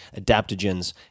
adaptogens